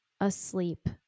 asleep